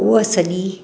उहा सॼी